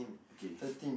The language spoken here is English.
okay